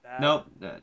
Nope